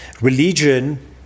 Religion